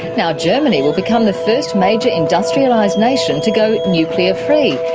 now germany will become the first major industrialised nation to go nuclear free.